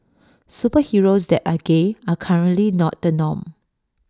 superheroes that are gay are currently not the norm